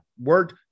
Word